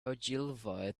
ogilvy